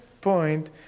point